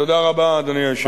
תודה רבה, אדוני היושב-ראש.